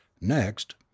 Next